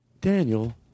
Daniel